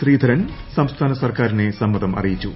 ശ്രീധരൻ സംസ്ഥാന സർക്കാരിനെ സമ്മതം അറിയിച്ചു